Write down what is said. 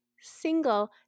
single